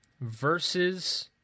versus